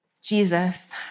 Jesus